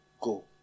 go